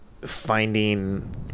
finding